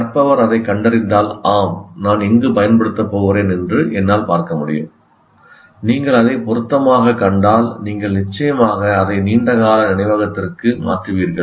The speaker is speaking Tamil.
கற்பவர் அதைக் கண்டறிந்தால் 'ஆம் நான் எங்கு பயன்படுத்தப் போகிறேன் என்று என்னால் பார்க்க முடியும்' நீங்கள் அதைப் பொருத்தமாகக் கண்டால் நீங்கள் நிச்சயமாக அதை நீண்டகால நினைவகத்திற்கு மாற்றுவீர்கள்